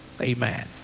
amen